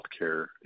healthcare